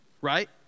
Right